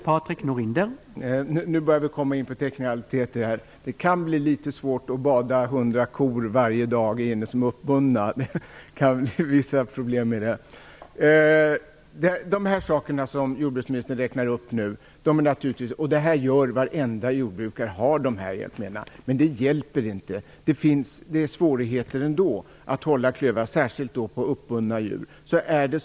Herr talman! Nu börjar vi komma in på teknikaliteter. Det kan bli litet svårt att varje dag fotbada hundra kor som är uppbundna. De saker som jordbruksministern nu räknade upp känner varenda jordbrukare till. Men det hjälper inte. Det finns ändå svårigheter med fotklövarna, särskilt då på uppbunda djur.